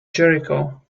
jericho